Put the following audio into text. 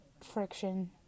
friction